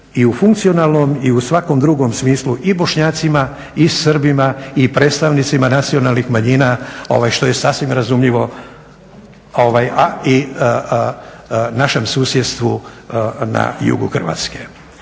i u funkcionalnom i u svakom drugom smislu i Bošnjacima i Srbima i predstavnicima nacionalnih manjina što je sasvim razumljivo a i našem susjedstvu na jugu Hrvatske.